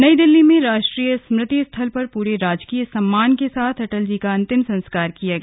नई दिल्ली में राष्ट्रीय स्मृति स्थल पर पूरे राजकीय सम्मान के साथ अटल जी का अंतिम संस्कार किया गया